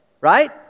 right